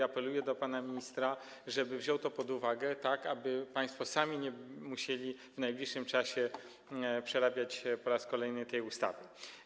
Apeluję do pana ministra, żeby wziął to pod uwagę, tak aby państwo sami nie musieli w najbliższym czasie przerabiać po raz kolejny tej ustawy.